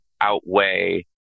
outweigh